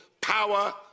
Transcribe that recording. power